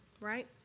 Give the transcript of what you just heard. Right